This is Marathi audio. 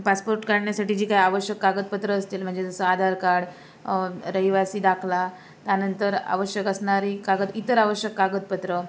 पासपोर्ट काढण्यासाठी जी काही आवश्यक कागदपत्रं असतील म्हणजे जसं आधार कार्ड रहिवासी दाखला त्यानंतर आवश्यक असणारी कागद इतर आवश्यक कागदपत्रं